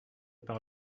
par